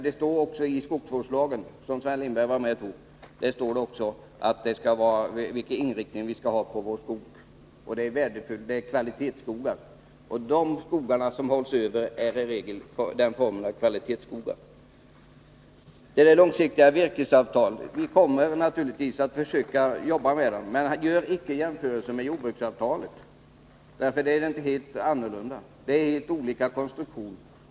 Det står nämligen i skogsvårdslagen — Sven Lindberg var med om att ta ställning till denna — vilken inriktning vi skall ha när det gäller våra skogar, nämligen på kvalitetsskog. De skogar som hålls över är i regel kvalitetsskogar. Vi kommer naturligtvis att göra ansträngningar när det gäller långsiktiga virkesavtal. Men man får icke göra jämförelser med jordbruksavtalet — det är någonting helt annat. Det är fråga om helt olika konstruktioner.